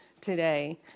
today